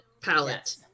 palette